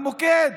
המוקד,